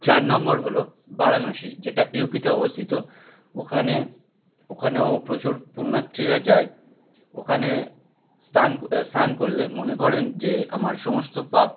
চার নম্বর হলো বারাণসী যেটা ইউপিতে অবস্থিত ওখানে ওখানেও প্রচুর পুণ্যার্থ্যীরা যায় ওখানে স্থান স্নান করলে মনে করেন যে আমার সমস্ত পাপ